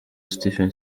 stephen